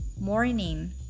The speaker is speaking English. Morning